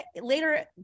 later